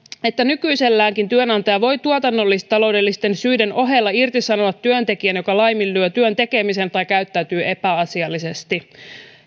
että nykyiselläänkin työnantaja voi tuotannollis taloudellisten syiden ohella irtisanoa työntekijän joka laiminlyö työn tekemisen tai käyttäytyy epäasiallisesti